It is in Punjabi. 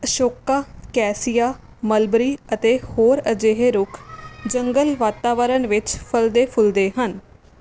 ਅਸ਼ੋਕਾ ਕੈਸੀਆ ਮਲਬਰੀ ਅਤੇ ਹੋਰ ਅਜਿਹੇ ਰੁੱਖ ਜੰਗਲ ਵਾਤਾਵਰਣ ਵਿੱਚ ਫਲਦੇ ਫੁੱਲਦੇ ਹਨ